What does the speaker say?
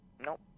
Nope